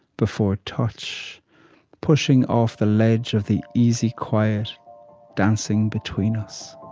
before touch pushing off the ledge of the easy quiet dancing between us.